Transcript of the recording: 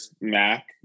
Mac